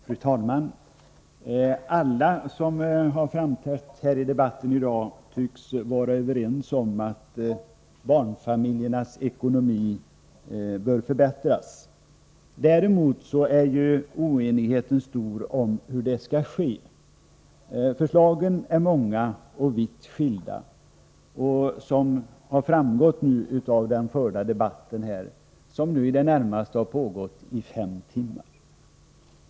Fru talman! Alla som har framträtt i debatten här i dag tycks vara överens om att barnfamiljernas ekonomi bör förbättras. Däremot är ju oenigheten stor om hur det skall ske. Förslagen är många och vitt skilda, som har framgått av den förda debatten, vilken nu har pågått i det närmaste i fem timmar.